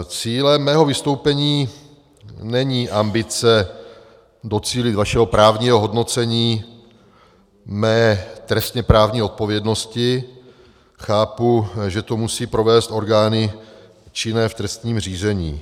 Cílem mého vystoupení není ambice docílit vašeho právního hodnocení mé trestněprávní odpovědnosti, chápu, že to musí provést orgány činné v trestním řízení.